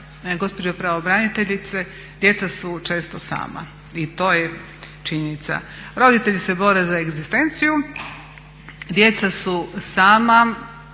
gospođe pravobraniteljice djeca su često sama i to je činjenica. Roditelji se bore za egzistenciju, djeca su sama,